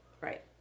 Right